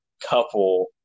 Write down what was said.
couple